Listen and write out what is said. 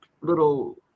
little